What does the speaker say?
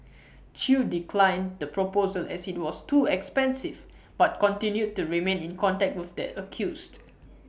chew declined the proposal as IT was too expensive but continued to remain in contact with the accused